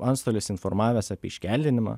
antstolis informavęs apie iškeldinimą